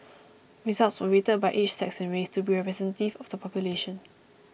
results were weighted by age sex and race to be representative of the population